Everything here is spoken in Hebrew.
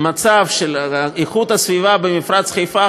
המצב של איכות הסביבה במפרץ חיפה,